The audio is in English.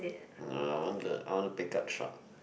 no I want the I want a pick up truck